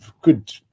good